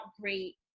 great